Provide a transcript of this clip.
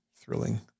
thrilling